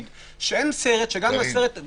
שאין סרט --- קארין,